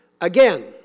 again